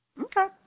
okay